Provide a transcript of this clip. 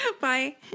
Bye